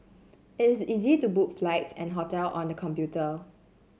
it is easy to book flights and hotel on the computer